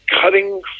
cutting